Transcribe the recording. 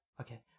Okay